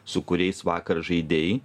su kuriais vakar žaidei